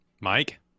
Mike